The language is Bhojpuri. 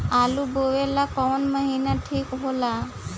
आलू बोए ला कवन महीना ठीक हो ला?